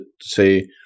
say